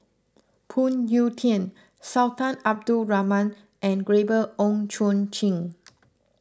Phoon Yew Tien Sultan Abdul Rahman and Gabriel Oon Chong Jin